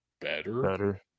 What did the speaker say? better